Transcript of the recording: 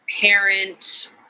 parent